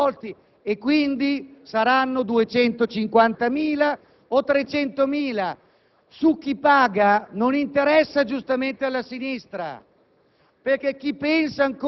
persone si sono rivolti; quindi saranno 250.000 o 300.000. Chi paga non interessa, giustamente, alla sinistra.